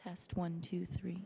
test one two three